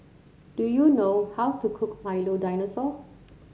do you know how to cook Milo Dinosaur